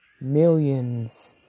millions